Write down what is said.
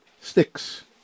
sticks